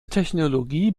technologie